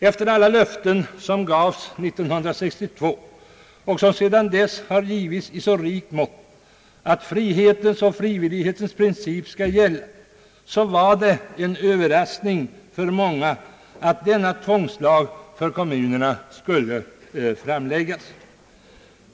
Efter alla löften som gavs 1962, och som sedan dess har givits i så rikt mått, att frihetens och frivillighetens princip skall gälla var det en överraskning för många att denna tvångslag för kommunerna skulle framläggas.